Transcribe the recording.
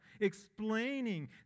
explaining